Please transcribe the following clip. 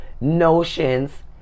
notions